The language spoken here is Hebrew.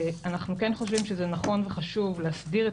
אנחנו חושבים שזה נכון וחשוב להסדיר את